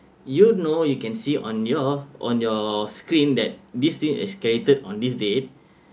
you know you can see on your on your screen that thing escalated on this date